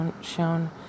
shown